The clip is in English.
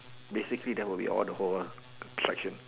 basically that would be all the whole lah attraction